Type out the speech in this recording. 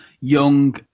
young